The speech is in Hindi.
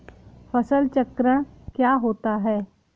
फसल चक्रण क्या होता है?